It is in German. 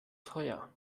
teuer